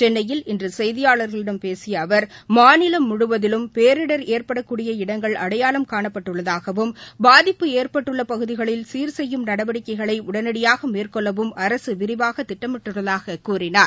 சென்னையில் இன்று செய்தியாளா்களிடம் பேசிய அவர் மாநிலம் முழுவதிலும் பேரிடர் ஏற்படக்கூடிய இடங்கள் அடையாளம் காணப்பட்டுள்ளதாகவும் பாதிப்பு ஏற்பட்டுள்ள பகுதிகளில் சீர்செய்யும் நடவடிக்கைகளை உடனடியாக மேற்கொள்ளவும் அரசு விரிவாக திட்டமிட்டுள்ளதாக கூறினார்